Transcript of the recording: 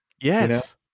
yes